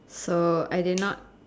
so I did not